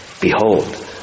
Behold